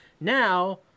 Now